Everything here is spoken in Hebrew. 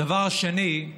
הדבר השני,